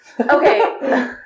Okay